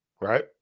right